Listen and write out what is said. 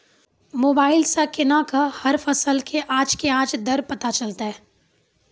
Mobile सऽ केना कऽ हर फसल कऽ आज के आज दर पता चलतै?